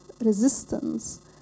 resistance